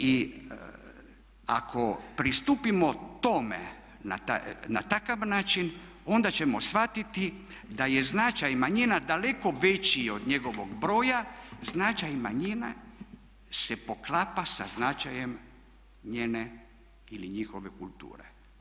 I ako pristupimo tome na takav način onda ćemo shvatiti da je značaj manjina daleko veći od njegovog broja, značaj manjina se poklapa sa značajem njene ili njihove kulture.